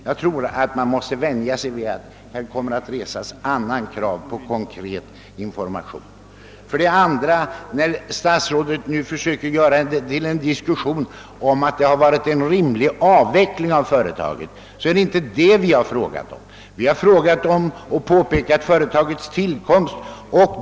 Jag tror statsrådet måste vänja sig vid att det av riksdagen kommer att resas andra krav på konkret information. Statsrådet försökte vidare starta en diskussion om att det har varit en rimlig avveckling av företaget. Det är emellertid inte det vi har frågat om, utan vad vi har pekat på är företagets tillkomst.